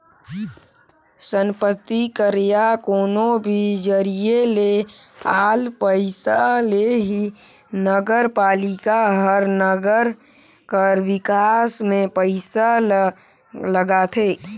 संपत्ति कर या कोनो भी जरिए ले आल पइसा ले ही नगरपालिका हर नंगर कर बिकास में पइसा ल लगाथे